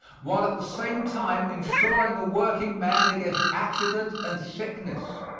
while at the same time insuring the working man against accident and sickness.